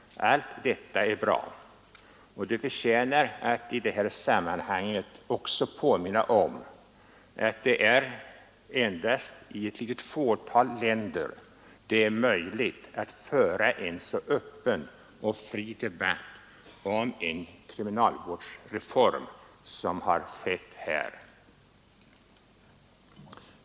Allt detta är bra, och det förtjänar att i detta sammanhang påminnas om att det endast i ett litet fåtal länder är möjligt att föra en så öppen och fri debatt om en kriminalvårdsreform som här skett.